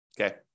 Okay